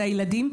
זה הילדים,